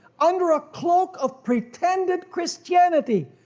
under a cloak of pretended christianity.